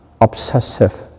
obsessive